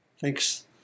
Thanks